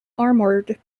armoured